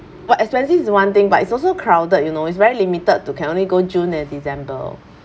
but expensive is one thing but it's also crowded you know it's very limited to can only go june and december